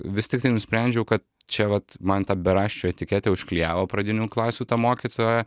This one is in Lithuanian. vis tiktai nusprendžiau kad čia vat man tą beraščio etiketę užklijavo pradinių klasių ta mokytoja